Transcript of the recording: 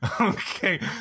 Okay